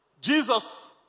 Jesus